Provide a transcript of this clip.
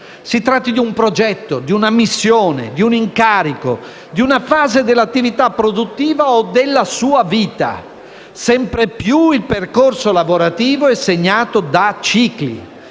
Si tratti di un progetto, di una missione, di un incarico, di una fase dell'attività produttiva o della sua vita, sempre più il percorso lavorativo è segnato da cicli